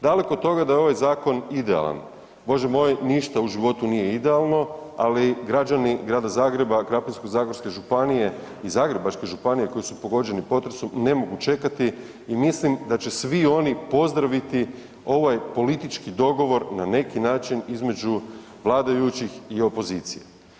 Daleko od toga da je ovaj zakon idealan, Bože moj ništa u životu nije idealno, ali građani Grada Zagreba, Krapinsko-zagorske županije i Zagrebačke županije koji su pogođeni potresom ne mogu čekati i mislim da će svi oni pozdraviti ovaj politički dogovor na neki način između vladajućih i opozicije.